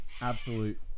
Absolute